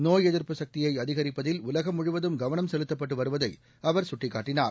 நோய் எதிர்ப்பு சக்தியை அதிகிப்பதில் உலகம் முழுவதும் கவனம் செலுத்தப்பட்டு வருவதை அவர் சுட்டிக்காட்டினார்